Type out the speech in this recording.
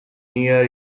near